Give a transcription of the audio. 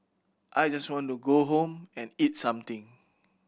I just want to go home and eat something